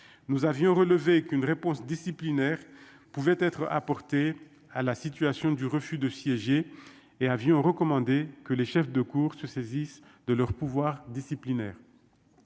nous avions relevé qu'une réponse disciplinaires pouvait être apportées à la situation du refus de siéger et avions recommandé que les chefs de cour se saisissent de leur pouvoir disciplinaire